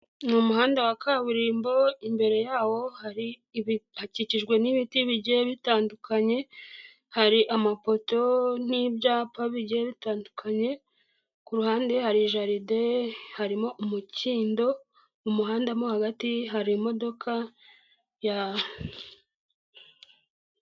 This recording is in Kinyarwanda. Ni umuhanda wa kaburimbo imbere yawo hari hakikijwe n'ibiti bigiye bitandukanye, hari amapoto n'ibyapa bigiye bitandukanye, ku ruhande hari jaride, harimo umukindo mu muhanda mo hagati harimo ...